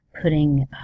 putting